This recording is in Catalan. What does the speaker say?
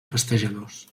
festejadors